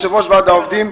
העובדים.